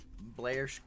Blair